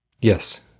Yes